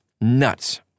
Nuts